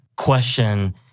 question